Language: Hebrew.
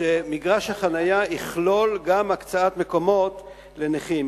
שמגרש החנייה יכלול גם הקצאת מקומות לנכים,